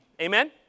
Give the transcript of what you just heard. Amen